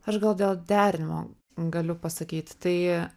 ar gal dėl derinimo galiu pasakyti tai